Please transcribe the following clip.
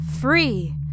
Free